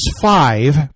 five